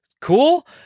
cool